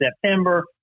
September